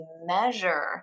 measure